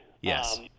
Yes